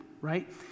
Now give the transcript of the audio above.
Right